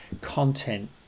content